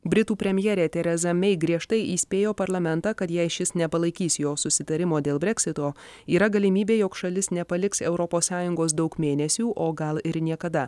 britų premjerė tereza mei griežtai įspėjo parlamentą kad jei šis nepalaikys jo susitarimo dėl breksito yra galimybė jog šalis nepaliks europos sąjungos daug mėnesių o gal ir niekada